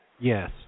Yes